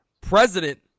president